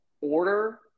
order